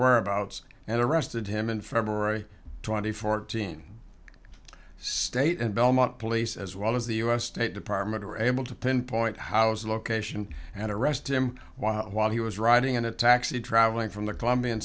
where abouts and arrested him in february twenty fourth teen state and belmont police as well as the u s state department are able to pinpoint housing location and arrest him while he was riding in a taxi traveling from the colombian